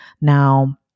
Now